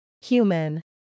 Human